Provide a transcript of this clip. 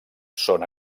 són